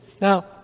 Now